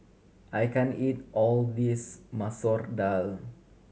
I can't eat all this Masoor Dal